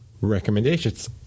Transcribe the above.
recommendations